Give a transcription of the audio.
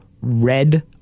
red